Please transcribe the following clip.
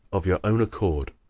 of your own accord